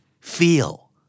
Feel